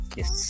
yes